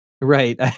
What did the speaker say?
Right